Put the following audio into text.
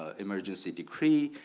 ah emergency decree,